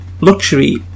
luxury